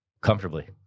comfortably